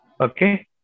Okay